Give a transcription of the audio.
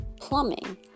plumbing